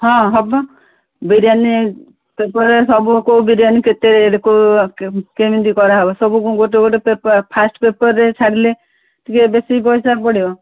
ହଁ ହେବ ବିରିୟାନୀ ପେପର୍ରେ ସବୁ କୋଉ ବିରିୟାନୀ କେତେ କୋଉ କେମିତି କରାହେବ ସବୁକୁ ଗୋଟେ ଗୋଟେ ପେପର୍ ଫାଷ୍ଟ ପେପର୍ରେ ଛାଡ଼ିଲେ ଟିକେ ବେଶି ପଇସା ପଡ଼ିବ